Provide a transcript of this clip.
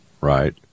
Right